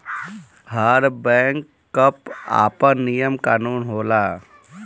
हर bank कअ आपन नियम कानून होला